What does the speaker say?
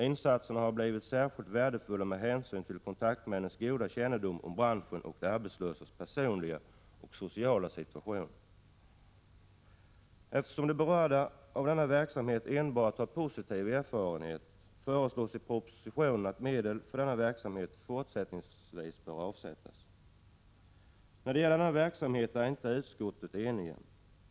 Insatserna har blivit särskilt värdefulla med hänsyn till kontaktmännens goda kännedom om branschen och de arbetslösas personliga och sociala situation.” Eftersom de berörda enbart har positiva erfarenheter av denna verksamhet, föreslås i propositionen att medel för denna fortsättningsvis bör avsättas. När det gäller den uppsökande verksamheten är utskottet inte enigt.